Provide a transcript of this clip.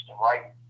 right